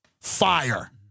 fire